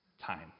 time